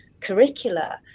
curricula